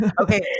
Okay